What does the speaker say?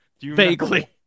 Vaguely